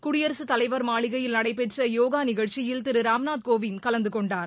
குடியரசுத் தலைவர் மாளிகையில் நடைபெற்ற யோகா நிகழ்ச்சியில் திரு ராம்நாத் கோவிந்த் கலந்துகொண்டார்